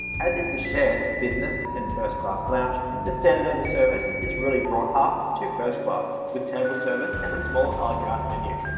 as it's a shared business and first-class lounge, the standard of the service is really brought up to first class with table service and a small ala carte menu.